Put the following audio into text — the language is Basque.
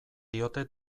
diote